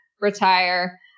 retire